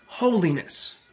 holiness